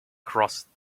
crossed